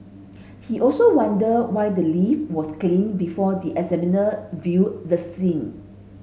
he also wondered why the lift was cleaned before the examiner viewed the scene